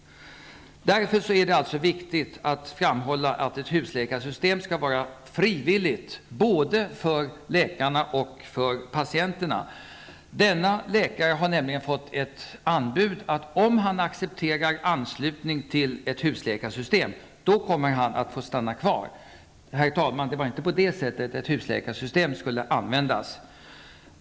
Därför är det viktigt att framhålla att ett husläkarsystem skall vara frivilligt, både för läkarna och för patienterna. Den läkare som jag nämnde har nämligen fått ett anbud att om han accepterar anslutning till ett husläkarsystem, kommer han att få stanna kvar. Herr talman! Det var inte på det sättet ett husläkarsystem skulle användas.